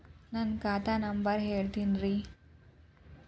ನನ್ನ ಖಾತಾ ನಂಬರ್ ಹೇಳ್ತಿರೇನ್ರಿ?